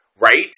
Right